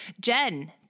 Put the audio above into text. Jen